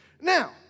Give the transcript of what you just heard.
Now